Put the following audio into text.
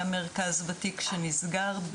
היה מרכז וותיק שנסגר,